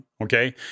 okay